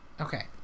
Okay